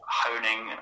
honing